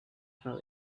fell